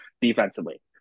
defensively